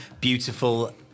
beautiful